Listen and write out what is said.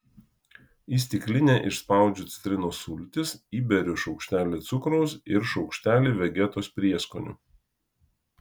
į stiklinę išspaudžiu citrinos sultis įberiu šaukštelį cukraus ir šaukštelį vegetos prieskonių